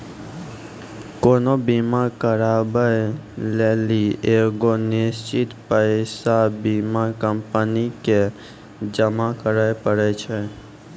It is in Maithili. कोनो बीमा कराबै लेली एगो निश्चित पैसा बीमा कंपनी के जमा करै पड़ै छै